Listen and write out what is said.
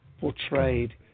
portrayed